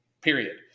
Period